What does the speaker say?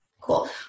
Cool